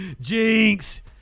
Jinx